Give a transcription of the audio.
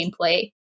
gameplay